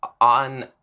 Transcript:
on